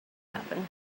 happen